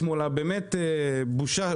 זו בושה,